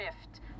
shift